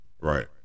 Right